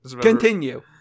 Continue